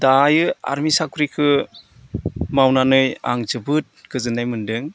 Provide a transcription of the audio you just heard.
दायो आर्मि साखरिखौ मावनानै आं जोबोद गोजोन्नाय मोनदों